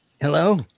Hello